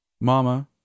Mama